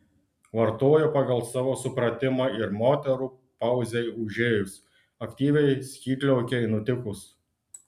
vartojo pagal savo supratimą ir moterų pauzei užėjus aktyviai skydliaukei nutikus